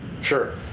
Sure